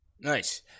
Nice